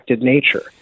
nature